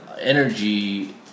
energy